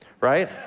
right